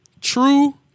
True